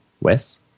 Wes